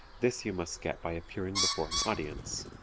this you must get by appearing before an audience.